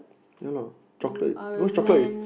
ya lah chocolate because chocolate is